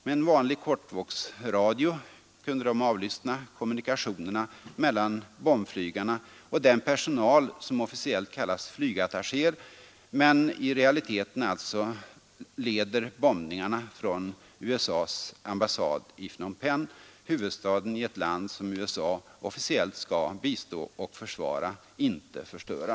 Med en vanlig kortvågsradio kunde de avlyssna kommunikationerna mellan bombflygarna och den personal som officiellt kallas flygattachéer men i realiteten alltså leder bombningarna från USA:s ambassad i Phnom Penh, huvudstaden i ett land som USA officiellt skall bistå och försvara, inte förstöra.